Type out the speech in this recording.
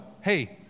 hey